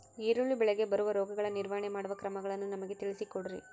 ಈರುಳ್ಳಿ ಬೆಳೆಗೆ ಬರುವ ರೋಗಗಳ ನಿರ್ವಹಣೆ ಮಾಡುವ ಕ್ರಮಗಳನ್ನು ನಮಗೆ ತಿಳಿಸಿ ಕೊಡ್ರಿ?